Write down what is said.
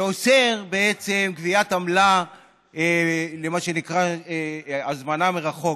שאוסר בעצם גביית עמלה על מה שנקרא הזמנה מרחוק.